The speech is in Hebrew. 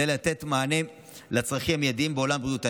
אבל אני כן חושב שחשוב מאוד לחדד מפה שהחיילים לא צריכים לקחת סיכון.